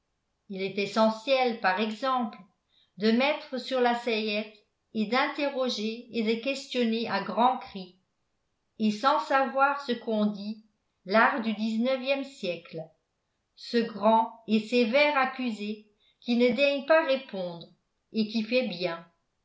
il est essentiel par exemple de mettre sur la sellette et d'interroger et de questionner à grands cris et sans savoir ce qu'on dit l'art du dix-neuvième siècle ce grand et sévère accusé qui ne daigne pas répondre et qui fait bien